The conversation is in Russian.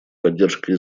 поддержкой